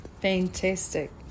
Fantastic